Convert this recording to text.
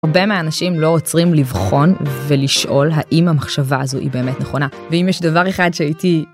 ‫הרבה מהאנשים לא עוצרים לבחון, ולשאול, ‫האם המחשבה הזו היא באמת נכונה. ‫ואם יש דבר אחד שהייתי...